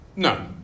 No